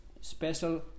special